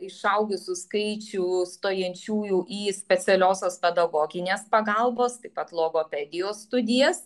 išaugusių skaičių stojančiųjų į specialiosios pedagoginės pagalbos taip pat logopedijos studijas